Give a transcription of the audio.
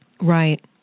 Right